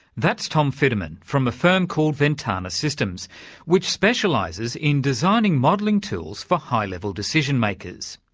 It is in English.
that's tom fiddaman, from the firm called ventana systems which specialises in designing modelling tools for high-level decision-makers.